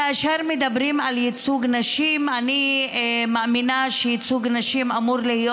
כאשר מדברים על ייצוג נשים אני מאמינה שייצוג נשים אמור להיות